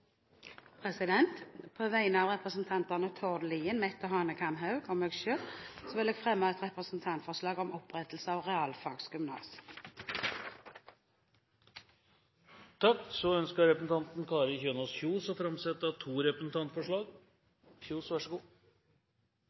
På vegne av representantene Tord Lien, Mette Hanekamhaug og meg selv vil jeg fremme representantforslag om opprettelse av realfagsgymnas. Representanten Kari Kjønaas Kjos vil framsette to representantforslag.